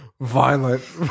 violent